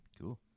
Cool